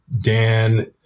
Dan